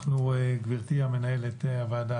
גברתי מנהלת הוועדה,